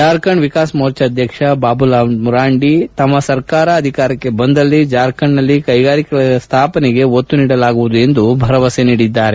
ಜಾರ್ಖಂಡ್ ವಿಕಾಸ್ ಮೋರ್ಚಾ ಅಧ್ಯಕ್ಷ ಬಾಬುಲಾಲ್ ಮರಾಂಡಿ ತಮ್ಮ ಸರ್ಕಾರ ಅಧಿಕಾರಕ್ಕೆ ಬಂದಲ್ಲಿ ಜಾರ್ಖಂಡ್ನಲ್ಲಿ ಕೈಗಾರಿಕೆಗಳ ಸ್ಥಾಪನೆಗೆ ಒತ್ತು ನೀಡಲಿದೆ ಎಂದು ಭರವಸೆ ನೀಡಿದರು